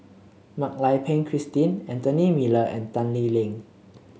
Mak Lai Peng Christine Anthony Miller and Tan Lee Leng